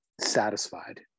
satisfied